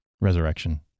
Resurrection